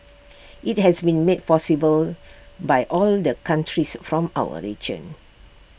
IT has been made possible by all the countries from our region